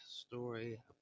story